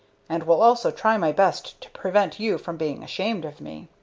and will also try my best to prevent you from being ashamed of me.